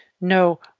no